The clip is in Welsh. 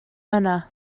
yna